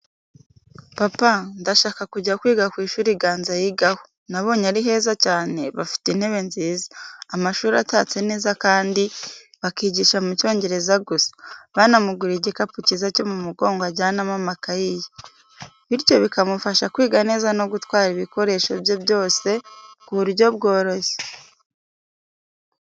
Papa, ndashaka kujya kwiga ku ishuri Ganza yigaho, nabonye ari heza cyane bafite intebe nziza, amashuri atatse neza kandi bakigisha mu Cyongereza gusa. Banamuguriye igikapu cyiza cyo mu mugongo ajyanamo amakayi ye, bityo bikamufasha kwiga neza no gutwara ibikoresho bye byose ku buryo bworoshye.